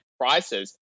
prices